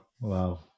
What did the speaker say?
Wow